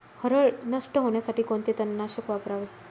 हरळ नष्ट होण्यासाठी कोणते तणनाशक वापरावे?